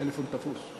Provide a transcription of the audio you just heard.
הטלפון תפוס.